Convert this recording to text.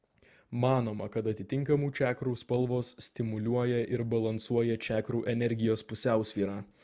manoma kad atitinkamų čakrų spalvos stimuliuoja ir balansuoja čakrų energijos pusiausvyrą